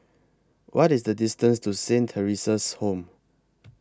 What IS The distance to Saint Theresa's Home